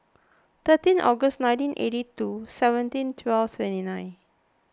thirteen August nineteen eighty two seventeen twelve twenty nine